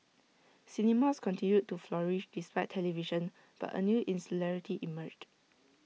cinemas continued to flourish despite television but A new insularity emerged